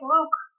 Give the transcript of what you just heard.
Luke